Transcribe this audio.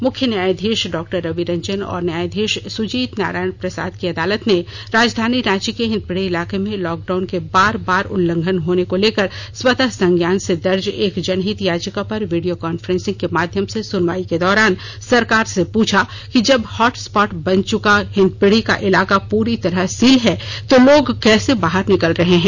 मुख्य न्यायधीश डॉक्टर रवि रंजन और न्यायधीश सुजीत नारायण प्रसाद की अदालत ने राजधानी रांची के हिंदपीढ़ी इलाके में लॉकडाउन के बार बार उल्लंघन होने को लेकर स्वतः संज्ञान से दर्ज एक जनहित याचिका पर वीडियो कांफ्रेंसिंग के माध्यम से सुनवाई के दौरान सरकार से पूछा कि जब हॉटस्पॉट बन चुका हिंदपीढ़ी का इलाका पूरी तरह सील है तो लोग कैसे बाहर निकल रहे हैं